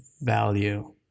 value